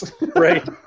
Right